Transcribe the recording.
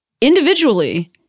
individually